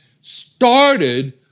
started